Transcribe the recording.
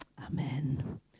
Amen